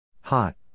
Hot